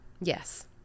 Yes